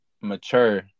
mature